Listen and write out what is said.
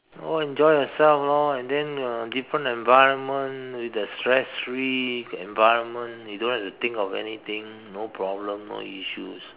go enjoy yourself lor and then uh different environment with the stress free environment you don't have to think of anything no problem no issues